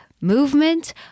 Movement